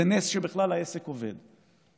זה נס שבכלל העסק עובד.